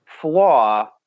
flaw